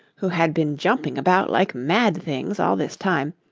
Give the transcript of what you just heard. who had been jumping about like mad things all this time,